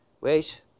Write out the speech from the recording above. Wait